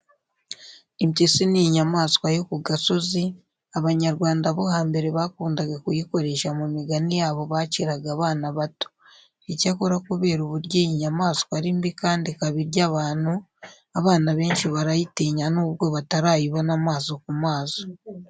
Impyisi ni inyamaswa yo ku gasozi, Abanyarwanda bo hambere bakundaga kuyikoresha mu migani yabo baciraga abana bato. Icyakora kubera uburyo iyi nyamaswa ari mbi kandi ikaba irya abantu, abana benshi barayitinya nubwo batarayibona amaso ku maso.